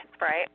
Right